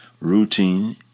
routine